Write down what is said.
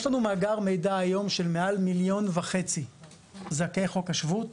יש לנו מאגר מידע היום של מעל מיליון וחצי זכאי חוק השבות,